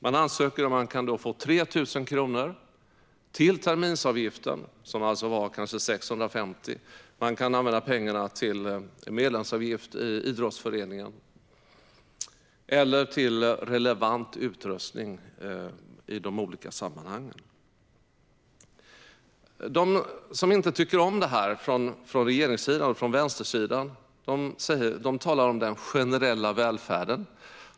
Man kan få 3 000 kronor till terminsavgiften, som kan vara 650 kronor. Pengarna kan användas till medlemsavgift i idrottsföreningen eller till relevant utrustning i olika sammanhang. De som inte tycker om förslaget från regeringssidan, från vänstersidan, talar om den generella välfärden.